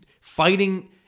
fighting